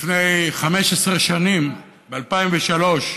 לפני 15 שנים, ב-2003,